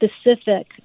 specific